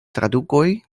tradukoj